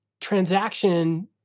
transaction